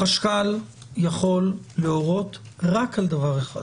החשכ"ל יכול להורות רק על דבר אחד